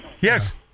yes